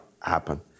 happen